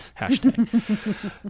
Hashtag